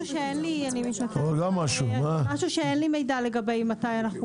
אני מתנצלת, אבל אין לי מידע מתי זה מגיע.